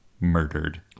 murdered